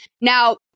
Now